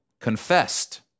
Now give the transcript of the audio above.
confessed